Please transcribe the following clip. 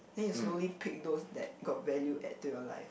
then you slowly pick those that got value add to your life